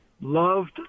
loved